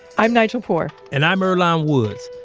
i'm nigel poor and i'm earlonne um woods.